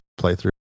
playthrough